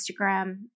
Instagram